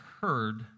heard